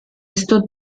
esto